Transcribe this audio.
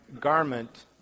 garment